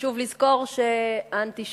חשוב לזכור שהאנטישמיות